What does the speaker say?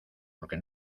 porque